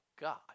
God